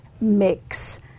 mix